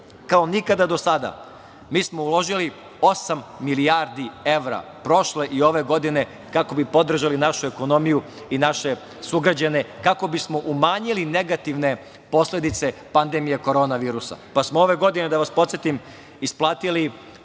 kao nikada do sada, mi smo uložili osam milijardi evra prošle i ove godine kako bi podržali našu ekonomiju i naše sugrađane, kako bismo umanjili negativne posledice pandemije konorna virusa. Ove godine smo, da vas podsetim, isplatili